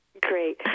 Great